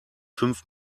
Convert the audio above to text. fünf